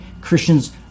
Christians